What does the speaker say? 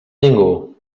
ningú